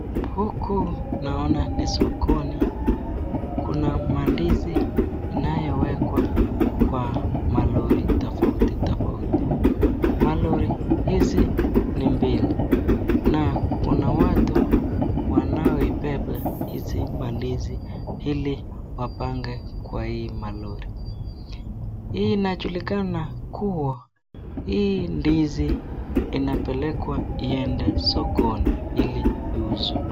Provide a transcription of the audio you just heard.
Huku naona ni sokoni, kuna mandizi inayowekwa kwa malori tofauti tofauti. Malori hizi ni mbili na kunao watu wanaoibeba hizi mandizi ili wapange kwa hii malori. Inajulikana kuwa hii mandizi inapelekwa iende sokoni iende iuzwe.